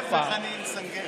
להפך, אני מסנגר.